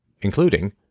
including